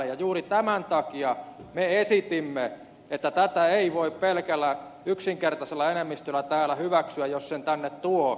ja juuri tämän takia me esitimme että tätä ei voi pelkällä yksinkertaisella enemmistöllä täällä hyväksyä jos sen tänne tuo